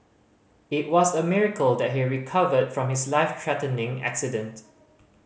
it was a miracle that he recovered from his life threatening accident